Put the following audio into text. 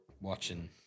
watching